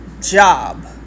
job